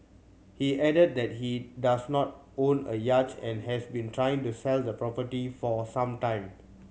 he added that he does not own a yacht and has been trying to sell the property for some time